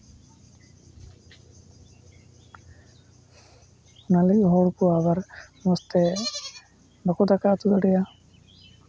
ᱚᱱᱟ ᱞᱟᱹᱜᱤᱫ ᱦᱚᱲ ᱠᱚ ᱟᱵᱟᱨ ᱢᱚᱡᱽ ᱛᱮ ᱵᱟᱠᱚ ᱫᱟᱠᱟ ᱩᱛᱩ ᱫᱟᱲᱮᱭᱟᱜᱼᱟ